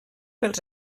pels